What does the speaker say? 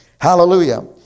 hallelujah